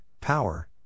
Power